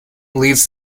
leads